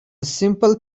simple